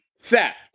theft